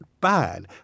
bad